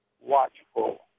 watchful